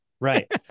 Right